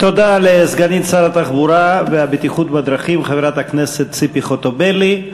תודה לסגנית שר התחבורה והבטיחות בדרכים חברת הכנסת ציפי חוטובלי.